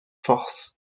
force